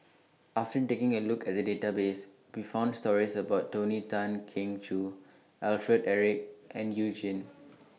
after taking A Look At The Database We found stories about Tony Tan Keng Joo Alfred Eric and YOU Jin